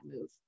move